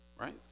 Right